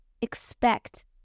expect